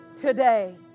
today